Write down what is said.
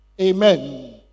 Amen